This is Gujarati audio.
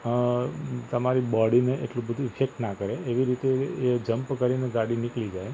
અ તમારી બૉડીને એટલી બધી ઇફેક્ટ ના કરે એવી રીતે એ જમ્પ કરીને ગાડી નીકળી જાય